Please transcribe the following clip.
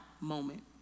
moment